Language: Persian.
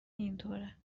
اینطوره